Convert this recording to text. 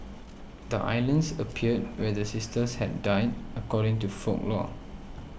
the islands appeared where the sisters had died according to folklore